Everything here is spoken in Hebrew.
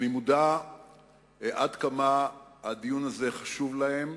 אני מודע עד כמה הדיון הזה חשוב להם,